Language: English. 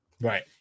Right